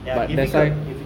ya difficult difficult